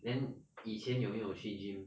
then 以前有没有去 gym